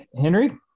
Henry